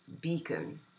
beacon